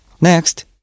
Next